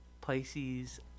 Pisces